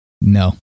No